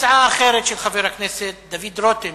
הצעה אחרת של חבר הכנסת דוד רותם,